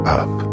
up